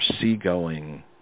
seagoing